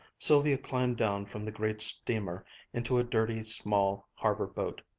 sylvia climbed down from the great steamer into a dirty, small harbor-boat.